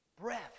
breath